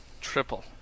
triple